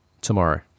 tomorrow